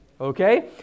okay